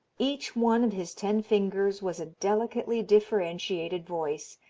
each one of his ten fingers was a delicately differentiated voice,